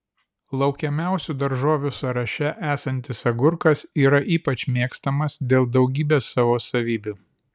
laukiamiausių daržovių sąraše esantis agurkas yra ypač mėgstamas dėl daugybės savo savybių